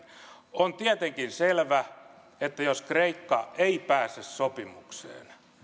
on tietenkin selvä että jos kreikka ei pääse sopimukseen